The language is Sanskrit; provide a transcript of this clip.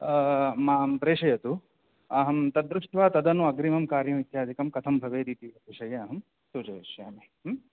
मां प्रेषयतु अहं तद्दृष्ट्वा तदनु अग्रिमं कार्यम् इत्यादिकं कथं भवेदिति विषये अहं सूचयिष्यामि